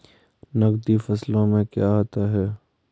नकदी फसलों में क्या आता है?